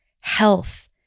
health